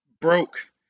broke